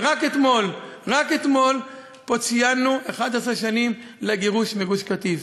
רק אתמול ציינו פה 11 שנים לגירוש מגוש-קטיף.